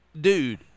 dude